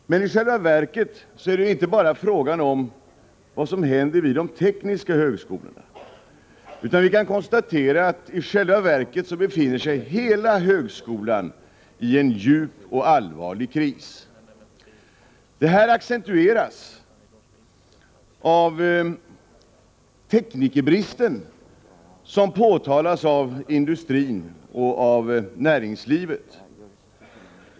Men egentligen är det inte bara fråga om vad som händer vid de tekniska högskolorna, utan vi kan konstatera att hela högskolan befinner sig i en djup och allvarlig kris. Det här accentueras av teknikerbristen, som påtalas av industrin och av näringslivet.